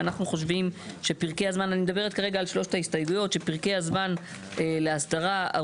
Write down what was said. אנחנו חושבים שפרקי הזמן לאסדרה אני מדברת